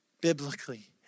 biblically